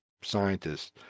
scientists